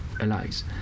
allies